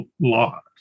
laws